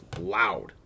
loud